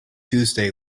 tuesday